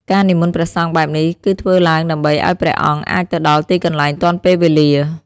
ការនិមន្តព្រះសង្ឃបែបនេះ គឺធ្វើឡើងដើម្បីឱ្យព្រះអង្គអាចទៅដល់ទីកន្លែងទាន់ពេលវេលា។